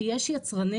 כי יש יצרנים,